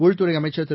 உள்துறை அமைச்சர் திரு